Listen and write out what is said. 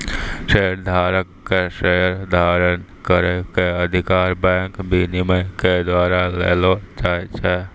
शेयरधारक के शेयर धारण करै के अधिकार बैंक विनियमन के द्वारा देलो जाय छै